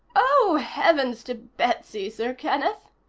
oh, heavens to betsy, sir kenneth,